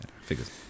Figures